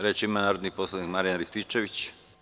Reč ima narodni poslanik Marijan Rističević.